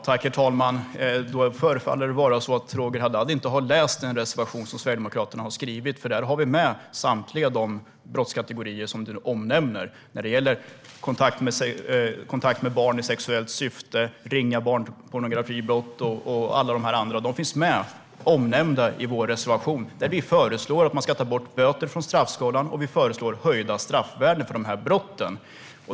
Herr talman! Det förefaller vara så att Roger Haddad inte har läst den reservation som Sverigedemokraterna har skrivit. Där finns samtliga brottskategorier han nämner med. Kontakt med barn i sexuellt syfte, ringa barnpornografibrott och alla de andra punkterna finns omnämnda i vår reservation. Vi föreslår att böter ska tas bort från straffskalan, och vi föreslår höjda straffvärden för dessa brott.